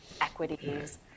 equities